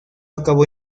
acabó